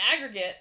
aggregate